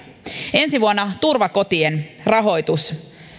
ensi vuonna turvakotien rahoitus